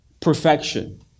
perfection